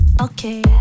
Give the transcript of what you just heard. Okay